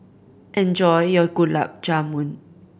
enjoy your Gulab Jamun